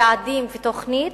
יעדים ותוכנית,